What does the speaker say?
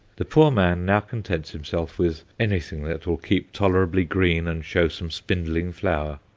the poor man now contents himself with anything that will keep tolerably green and show some spindling flower.